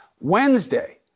Wednesday